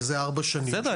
מזה ארבע שנים --- בסדר,